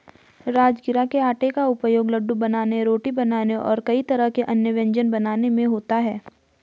राजगिरा के आटे का उपयोग लड्डू बनाने रोटी बनाने और कई तरह के अन्य व्यंजन बनाने में होता है